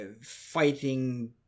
fighting